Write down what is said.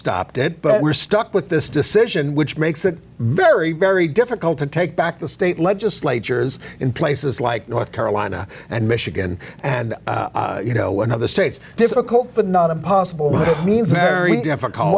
stopped it but we're stuck with this decision which makes it very very difficult to take back the state legislatures in places like north carolina and michigan and you know one of the states difficult but not impossible that means